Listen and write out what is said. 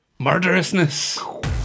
Murderousness